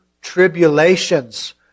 tribulations